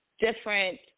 different